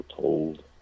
told